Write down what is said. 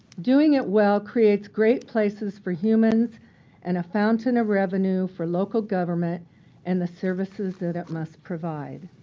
doing it well creates great places for humans and a fountain of revenue for local government and the services that it must provide.